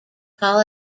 prague